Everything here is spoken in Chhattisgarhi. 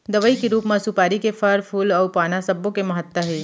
दवई के रूप म सुपारी के फर, फूल अउ पाना सब्बो के महत्ता हे